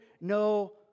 no